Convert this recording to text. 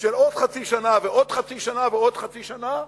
של עוד חצי שנה ועוד חצי שנה ועוד חצי שנה,